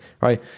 Right